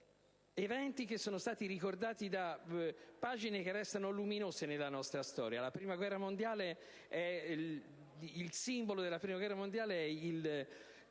Eventi che sono stati ricordati da pagine che restano luminose nella nostra storia. Il simbolo della Prima guerra mondiale è